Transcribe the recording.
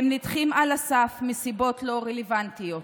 נדחים על הסף מסיבות לא רלוונטיות.